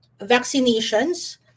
Vaccinations